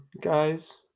guys